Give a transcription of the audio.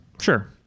Sure